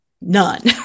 none